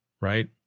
right